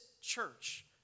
church